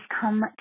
come